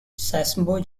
sasebo